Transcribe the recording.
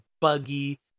buggy